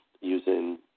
using